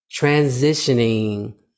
transitioning